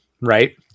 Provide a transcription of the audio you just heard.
Right